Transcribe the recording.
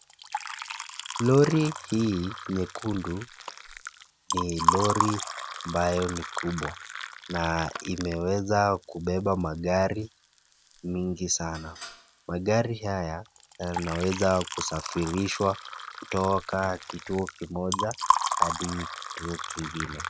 Lori hii nyekundu ni lori ambayo ni kubwa na imeweza kubeba magari mingi sana. Magari haya yanaweza kusafirishwa kutoka kituo kimoja hadi kituo kingine.